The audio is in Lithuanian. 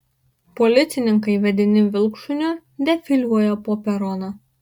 policininkai vedini vilkšuniu defiliuoja po peroną